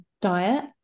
diet